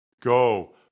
Go